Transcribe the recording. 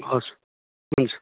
हवस् हुन्छ